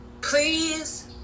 Please